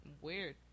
Weird